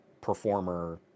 performer